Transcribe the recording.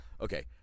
Okay